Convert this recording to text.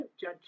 judge